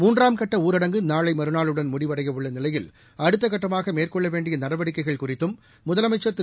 மூன்றாம்கட்ட ஊரடங்கு நாளை மறுநாளுடன் முடிவடைய நிலையில் அடுத்தக்கட்டமாக மேற்கொள்ள வேண்டிய நடவடிக்கைகள் குறித்தும் முதலமைச்சர் திரு